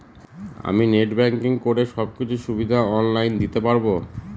আমি net banking করে সব কিছু সুবিধা অন লাইন দিতে পারবো?